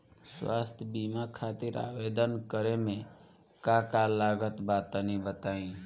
स्वास्थ्य बीमा खातिर आवेदन करे मे का का लागत बा तनि बताई?